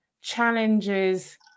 challenges